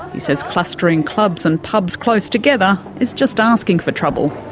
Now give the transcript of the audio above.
he says clustering clubs and pubs close together is just asking for trouble.